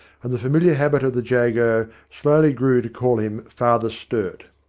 and the familiar habit of the jago slowly grew to call him father sturt.